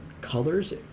colors